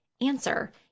answer